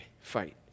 Fight